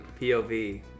POV